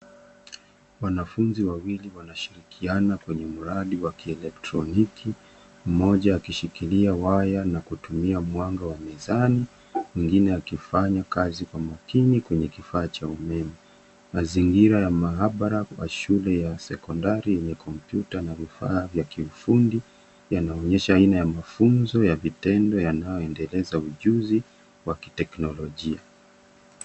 Wanafunzi wawili wanashirirkiana kwenye mradi wa kielektroniki, mmoja akishikilia waya na kutumia mwanga wa mezani, mwingine akifanya kazi kwa makini kwenye kifaa cha umeme. Mazingira ya maabara kwa shule ya sekondari yenye kompyuta na vifaa vya kifundi yanaonyesha aina ya mafunzo ya vitendo yanayoendeleza ujuzi wa kiteknolojia.